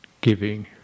giving